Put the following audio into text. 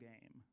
game